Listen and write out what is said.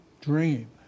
dream